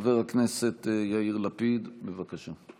חבר הכנסת יאיר לפיד, בבקשה.